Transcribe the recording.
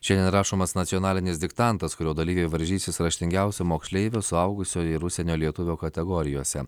šiandien rašomas nacionalinis diktantas kurio dalyviai varžysis raštingiausio moksleivio suaugusiojo ir užsienio lietuvio kategorijose